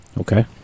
Okay